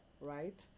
right